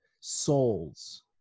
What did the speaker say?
souls